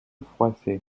froissée